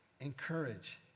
Encourage